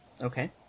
Okay